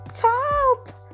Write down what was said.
child